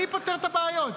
אני פותר את הבעיות.